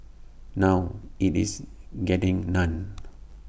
now IT is getting none